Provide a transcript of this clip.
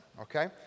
okay